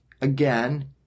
again